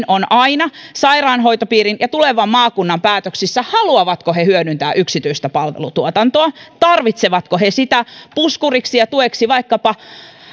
on aina sairaanhoitopiirin ja tulevan maakunnan päätöksissä haluavatko ne hyödyntää yksityistä palvelutuotantoa tarvitsevatko ne sitä puskuriksi ja tueksi vaikkapa